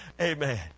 Amen